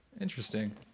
Interesting